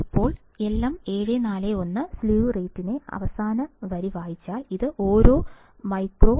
ഇപ്പോൾ LM741 slew നിരക്കിന്റെ അവസാന വരി വായിച്ചാൽ ഇത് ഓരോ മൈക്രോസെക്കന്റിന് 0